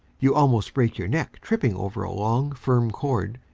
you almost break your neck tripping over a long, firm cord,